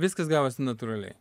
viskas gavosi natūraliai